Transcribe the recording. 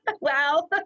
Wow